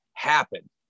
happen